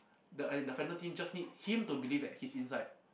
the an the just need him to believe that he's inside